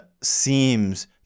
seems